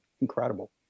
incredible